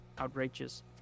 outrageous